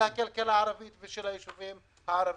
הכלכלה הערבית ושל היישובים הערבים.